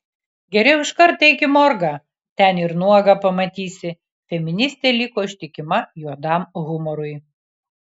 geriau iškart eik į morgą ten ir nuogą pamatysi feministė liko ištikima juodam humorui